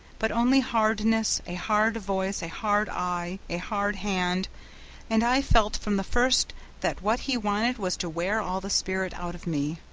but only hardness, a hard voice, a hard eye, a hard hand and i felt from the first that what he wanted was to wear all the spirit out of me,